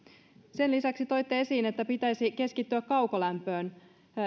sen lisäksi toitte esiin että pitäisi keskittyä kaukolämpöön